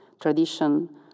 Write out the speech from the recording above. tradition